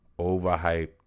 Overhyped